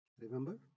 Remember